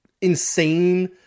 insane